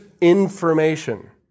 information